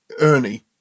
Ernie